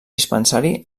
dispensari